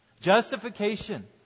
Justification